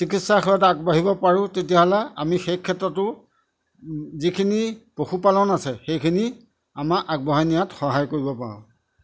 চিকিৎসাৰ সৈত আগবাঢ়িব পাৰোঁ তেতিয়াহ'লে আমি সেই ক্ষেত্ৰতো যিখিনি পশুপালন আছে সেইখিনি আমাৰ আগবঢ়াই নিয়াত সহায় কৰিব পাৰোঁ